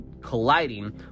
colliding